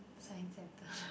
Science Centre